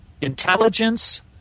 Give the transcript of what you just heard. intelligence